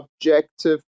objective